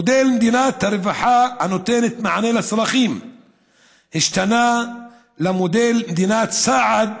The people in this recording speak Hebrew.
מודל מדינת הרווחה הנותנת מענה לצרכים השתנה למודל של מדינת סעד